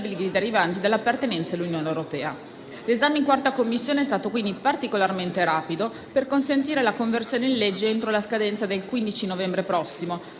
derivanti dall'appartenenza all'Unione europea. L'esame in 4ª Commissione è stato particolarmente rapido per consentire la conversione in legge entro la scadenza del prossimo